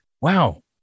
Wow